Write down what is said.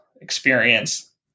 experience